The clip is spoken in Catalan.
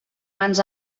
ens